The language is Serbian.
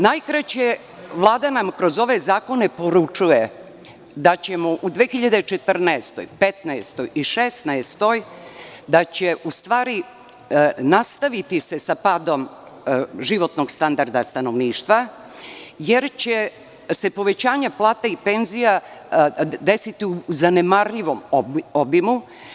Najkraće, Vlada nam kroz ove zakone poručuje da će se u 2014, 2015. i 2016. godini nastaviti sa padom životnog standarda stanovništva, jer će se povećanje plata i penzija desiti u zanemarljivom obimu.